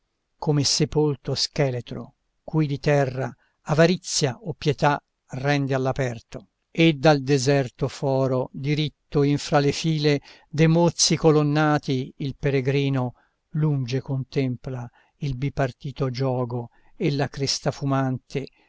come sepolto scheletro cui di terra avarizia o pietà rende all'aperto e dal deserto foro diritto infra le file dei mozzi colonnati il peregrino lunge contempla il bipartito giogo e la cresta fumante